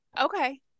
okay